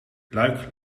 luik